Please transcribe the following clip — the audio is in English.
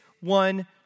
one